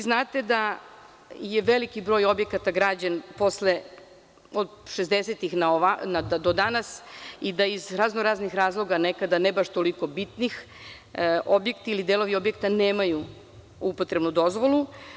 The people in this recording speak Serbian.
Znate da je veliki broj objekata građen od šezdesetih na ovamo, do danas i da iz razno raznih razloga nekada ne baš toliko bitnih, objekti ili delovi objekta nemaju upotrebnu dozvolu.